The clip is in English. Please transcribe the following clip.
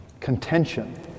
contention